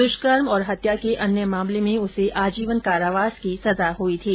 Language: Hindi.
दुष्कर्म और हत्या के अन्य मामले में उसे आजीवन कारावास की सजा हुई थी